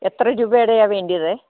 എത്ര രൂപയുടേതാണ് വേണ്ടിയത്